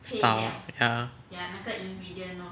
stuff ya